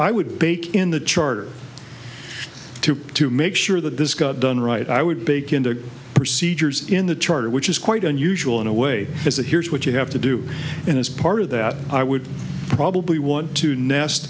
i would bake in the charter too to make sure that this got done right i would bake into procedures in the charter which is quite unusual in a way to say here's what you have to do and it's part of that i would probably want to nest